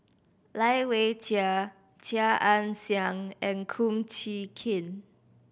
Lai Weijie Chia Ann Siang and Kum Chee Kin